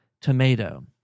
tomato